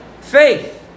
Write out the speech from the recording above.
faith